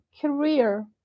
career